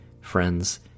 friends